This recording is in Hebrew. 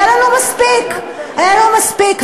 היה לנו מספיק, היה לו מספיק.